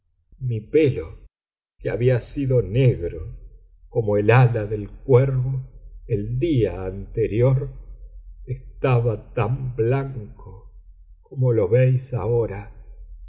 mi pelo que había sido negro como el ala del cuervo el día anterior estaba tan blanco como lo veis ahora